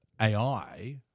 AI